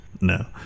no